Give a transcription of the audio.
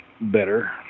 better